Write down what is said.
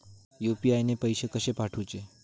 UPI ने पैशे कशे पाठवूचे?